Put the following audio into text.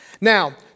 Now